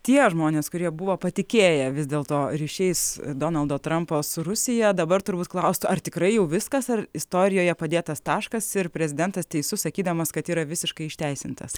tie žmonės kurie buvo patikėję vis dėl to ryšiais donaldo trampo su rusija dabar turbūt klaustų ar tikrai jau viskas ar istorijoje padėtas taškas ir prezidentas teisus sakydamas kad yra visiškai išteisintas